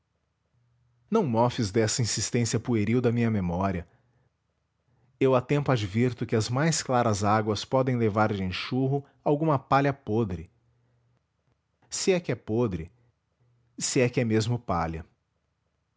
praticado não mofes desta insistência pueril da minha memória eu a tempo advirto que as mais claras águas podem levar de enxurro alguma palha podre se é que é podre se é que é mesmo palha